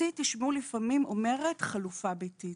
אותי לפעמים תשמעו אומרת - חלופה ביתית.